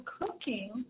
cooking